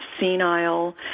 senile